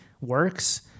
works